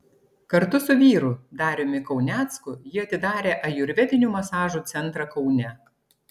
kartu su vyru dariumi kaunecku ji atidarė ajurvedinių masažų centrą kaune